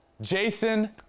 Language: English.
Jason